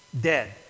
Dead